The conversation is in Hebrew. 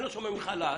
אני לא שומע ממך להט.